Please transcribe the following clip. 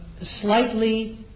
slightly